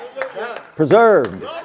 Preserved